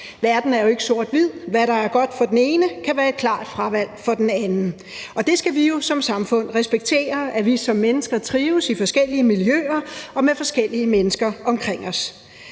Verden er jo ikke sort-hvid; hvad der er godt for den ene, kan være et klart fravalg for den anden. Og det skal vi jo som samfund respektere: at vi som mennesker trives i forskellige miljøer og med forskellige mennesker omkring os.